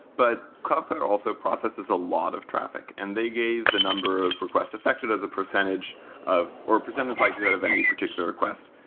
but cloudflare also processes a lot of traffic, and they gave the number of requests affected as a percentage of or percentage like that of any particular request,